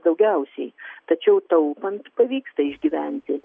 daugiausiai tačiau taupant pavyksta išgyventi